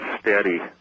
steady